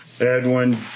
Edwin